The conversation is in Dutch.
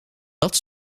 dat